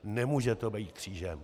Nemůže to být křížem.